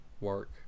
work